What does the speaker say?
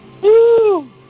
Woo